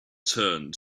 turned